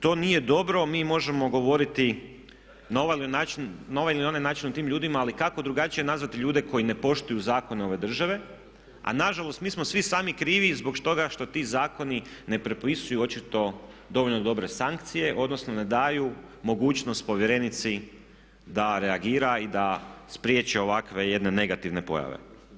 To nije dobro, mi možemo govoriti na ovaj ili onaj način o tim ljudima ali kako drugačije nazvati ljude koji ne poštuju zakone ove države a nažalost mi smo svi sami krivi zbog toga što ti zakoni ne propisuju očito dovoljno dobre sankcije, odnosno ne daju mogućnost povjerenici da reagira i da spriječi ovakve jedne negativne pojave.